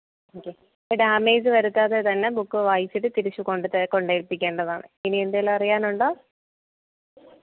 okay damage വരുത്താതെ തന്നെ book വായിച്ചിട്ട് തിരിച്ചു കൊണ്ടു ത കൊണ്ടേൽപ്പിക്കേണ്ടതാണ് ഇനി എന്തെങ്കിലുമറിയാനുണ്ടോ